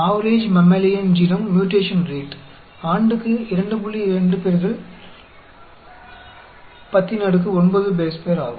औसत mammalian genome mutation प्रति वर्ष है